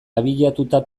abiatuta